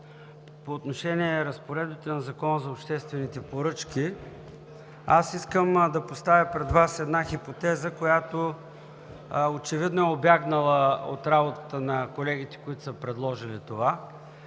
по отношение на разпоредбите на Закона за обществените поръчки. Аз искам да поставя пред Вас една хипотеза, която очевидно е убягнала от работата на колегите, които са предложили това.